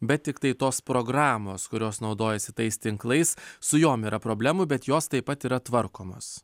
bet tiktai tos programos kurios naudojasi tais tinklais su jom yra problemų bet jos taip pat yra tvarkomos